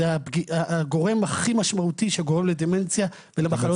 זה הגורם המשמעותי ביותר שגורם לדמנציה ולמחלות נוספות.